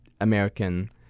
American